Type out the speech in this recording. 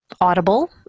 Audible